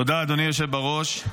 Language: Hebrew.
תודה, אדוני היושב בראש.